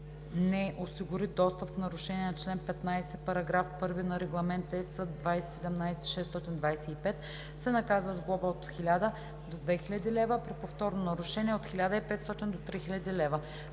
не осигури достъп в нарушение на чл. 15, параграф 1 на Регламент (EС) 2017/625, се наказва с глоба от 1000 до 2000 лв., а при повторно нарушение – от 1500 до 3000 лв.